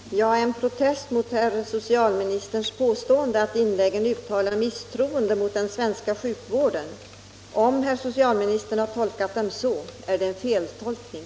Herr talman! Jag vill protestera mot herr socialministerns påstående att det i de gjorda inläggen har uttalats misstroende mot den svenska sjukvården. Om socialministern har tolkat inläggen på det sättet, så är det en feltolkning.